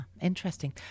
interesting